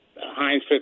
Heinz